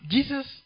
Jesus